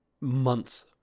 months